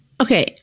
okay